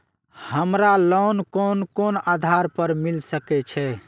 हमरा लोन कोन आधार पर मिल सके छे?